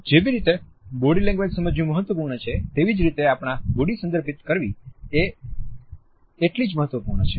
જેવી રીતે body language સમજવી મહત્વપૂર્ણ છે તેવી જ રીતે આપણી બોડી લેંગ્વેજ સંદર્ભિત કરવી એ એટલી જ મહત્વપૂર્ણ છે